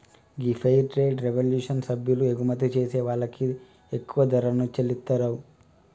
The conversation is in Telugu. గీ ఫెయిర్ ట్రేడ్ రెవల్యూషన్ సభ్యులు ఎగుమతి చేసే వాళ్ళకి ఎక్కువ ధరలను చెల్లితారు